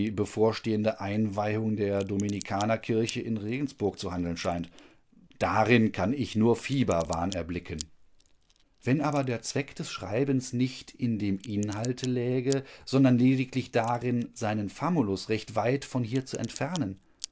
bevorstehende einweihung der dominikanerkirche in regensburg zu handeln scheint darin kann ich nur fieberwahn erblicken wenn aber der zweck des schreibens nicht in dem inhalte läge sondern lediglich darin seinen famulus recht weit von hier zu entfernen